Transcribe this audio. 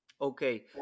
Okay